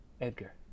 Edgar